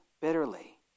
bitterly